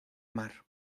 mar